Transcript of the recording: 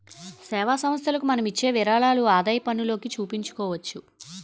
సేవా సంస్థలకు మనం ఇచ్చే విరాళాలు ఆదాయపన్నులోకి చూపించుకోవచ్చు